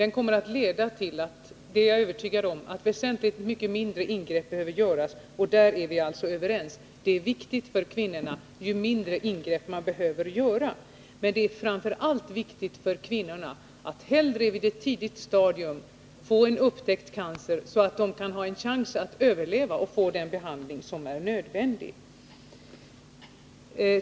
Den kommer att leda till — det är jag övertygad om — att väsentligt mycket mindre ingrepp behöver göras. Och vi är överens om att det är bra för kvinnorna ju färre ingrepp som behöver ske. Men det är framför allt viktigt för kvinnorna att helst på tidigt stadium få en cancer upptäckt, så att de får en chans att överleva och kan få den behandling som är nödvändig.